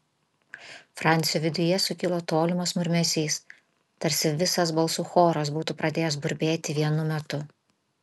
francio viduje sukilo tolimas murmesys tarsi visas balsų choras būtų pradėjęs burbėti vienu metu